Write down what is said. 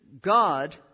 God